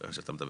מה זה נכנס?